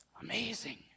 Amazing